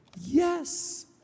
Yes